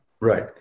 Right